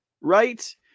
Right